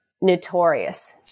notorious